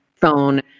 phone